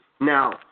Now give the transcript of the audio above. Now